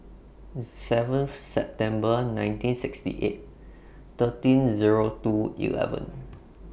seven September nineteen sixty eight thirteen Zero two eleven